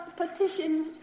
petitions